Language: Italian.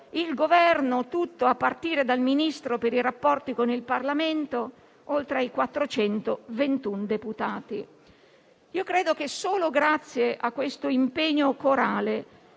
il Governo tutto, a partire dal Ministro per i rapporti con il Parlamento, oltre ai 421 deputati. Credo che solo grazie a questo impegno corale